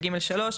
ו-(ג3),